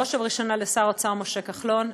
בראש ובראשונה לשר האוצר משה כחלון,